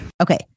Okay